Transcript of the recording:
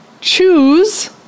Choose